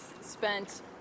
spent